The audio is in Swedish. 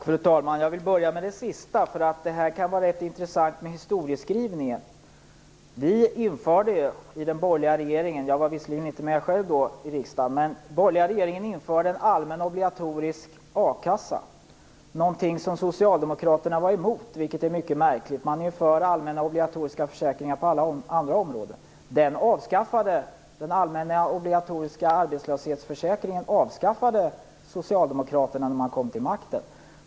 Fru talman! Jag vill börja med det sistnämnda, för det kan vara rätt intressant med historiskrivningen. Den borgerliga regeringen införde ju - jag var visserligen själv inte med i riksdagen då - en allmän obligatorisk a-kassa. Detta var någonting som Socialdemokraterna var emot, vilket är mycket märkligt. De är ju för alla möjliga obligatoriska försäkringar på alla andra områden. Socialdemokraterna avskaffade den allmänna obligatoriska arbetslöshetsförsäkringen när de kom till makten.